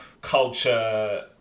culture